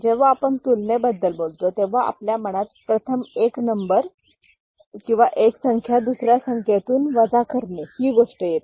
जेव्हा आपण तुलनेबद्दल बोलतो तेव्हा आपल्या मनात प्रथम एक नंबर एक संख्या दुसऱ्या संख्येतून वजा करणे ही गोष्ट येते